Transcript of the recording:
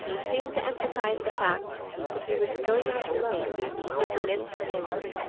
seemed to emphasize the fact that he was going out alone into an empty world.